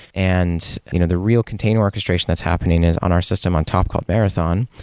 and you know the real container orchestration that's happening is on our system on top called marathon.